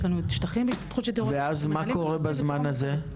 יש לנו שטחים בהתפתחות של דירות --- ואז מה קורה בזמן הזה?